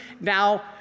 now